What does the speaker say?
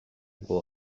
igo